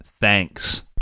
thanks